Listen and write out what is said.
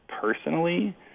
personally